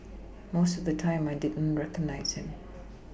most of the time I don't recognise them